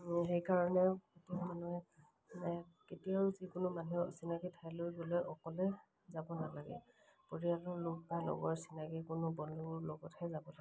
সেইকাৰণেও কিছুমান মানুহে কেতিয়াও যিকোনো মানুহে অচিনাকি ঠাইলৈ গ'লে অকলে যাব নালাগে পৰিয়ালৰ লোক বা লগৰ চিনাকি কোনো বন্ধুৰ লগতহে যাব লাগে